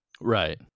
Right